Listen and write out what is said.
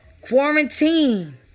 quarantine